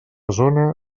zona